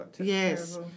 Yes